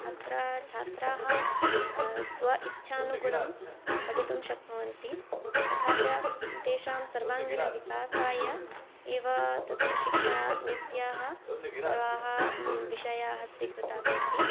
अत्र छात्राः स्व इच्छानुगुणं पठितुं शक्नुवन्ति तथा च तेषां सर्वाङ्गीणविकासाय एव तत् शिक्षानीत्याः सर्वे विषयाः स्वीकृताः सन्ति